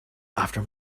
after